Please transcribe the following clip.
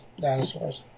dinosaurs